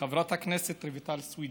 חברת הכנסת רויטל סויד,